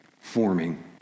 forming